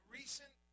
recent